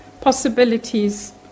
possibilities